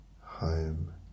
Home